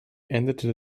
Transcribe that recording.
endete